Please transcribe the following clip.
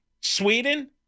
Sweden